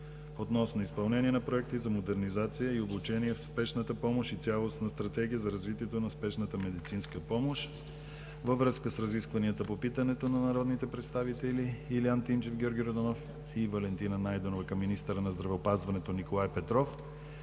относно изпълнение на проекти за модернизация и обучение в Спешната помощ и цялостна стратегия за развитието на Спешната медицинска помощ. Във връзка с разискванията по питането на народните представители Илиян Тимчев, Георги Йорданов и Валентина Найденова към министъра на здравеопазването Николай Петров